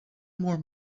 more